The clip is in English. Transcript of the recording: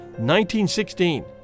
1916